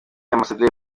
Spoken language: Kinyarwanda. ambasaderi